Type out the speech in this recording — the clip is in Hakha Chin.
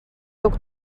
tuk